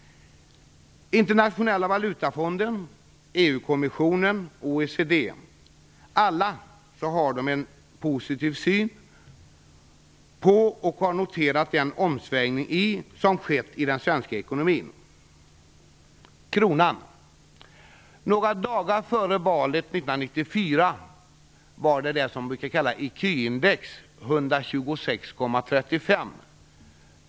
Internationella valutafonden, EU-kommissionen och OECD har alla en positiv syn på den av dem noterade omsvängningen som har skett i den svenska ekonomin. Kronan: Några dagar före valet 1994 var det som brukar kallas ecu-index 126,35.